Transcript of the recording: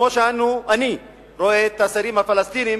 כמו שאני רואה את השרים הפלסטינים,